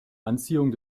anziehung